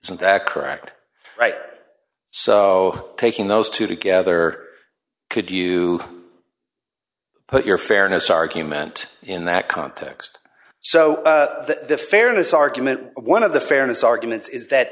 isn't that correct right so taking those two together could you put your fairness argument in that context so that the fairness argument one of the fairness arguments is that